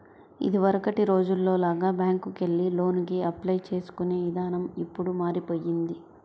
ఇదివరకటి రోజుల్లో లాగా బ్యేంకుకెళ్లి లోనుకి అప్లై చేసుకునే ఇదానం ఇప్పుడు మారిపొయ్యింది